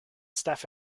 staff